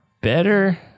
better